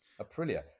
Aprilia